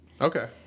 Okay